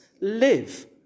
live